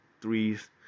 threes